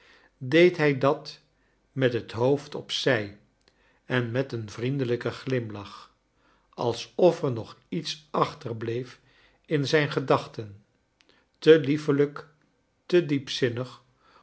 deed hij dat met het hoofd op zij en met een vriendelijken glimlach alsof er nog iets achterbleef in zijn gedachten te liefelijk te